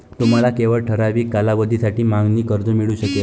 तुम्हाला केवळ ठराविक कालावधीसाठी मागणी कर्ज मिळू शकेल